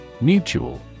Mutual